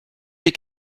les